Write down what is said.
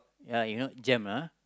ya you know jam lah